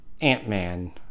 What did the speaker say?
ant-man